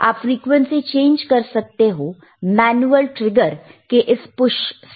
आप frequency change कर सकते हो मैनुअल ट्रिगर के इस पुश से